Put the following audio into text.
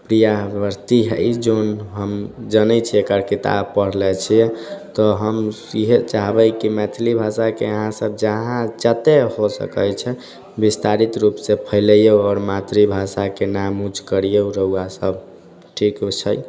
प्रिया अवस्थी हइ जे हम जनैत छियै एकर किताब पढ़ले छियै तऽ हम इहे चाहबै कि मैथिली भाषाकेँ अहाँ सब जहाँ जते हो सकैत छै विस्तारित रूप से फैलैऔ यो आओर मातृभाषाके नाम उच्च करिऔ रउआ सब ठीक वैसे ही